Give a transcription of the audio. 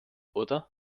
oder